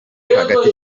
hagati